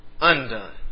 undone